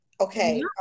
Okay